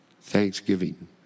Thanksgiving